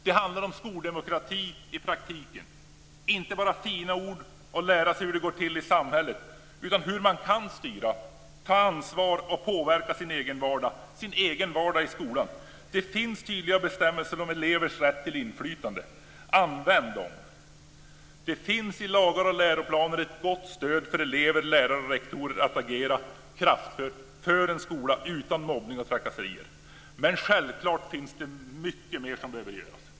Det handlar om skoldemokrati i praktiken - inte bara om fina ord och om att man ska lära sig hur det går till i samhället utan också om hur man kan styra, ta ansvar för och påverka sin egen vardag i skolan. Det finns tydliga bestämmelser om elevers rätt till inflytande - använd dem! Det finns i lagar och läroplaner ett gott stöd för elever, lärare och rektorer att agera kraftfullt för en skola utan mobbning och trakasserier, men självklart finns det mycket mer som behöver göras.